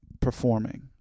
performing